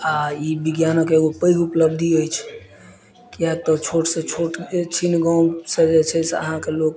आ ई विज्ञानक एगो पैघ उपलब्धि अछि किएक तऽ छोट सऽ छोट छिन गाँव सऽ जे छै से अहाँके लोक